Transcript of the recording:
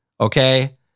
Okay